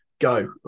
go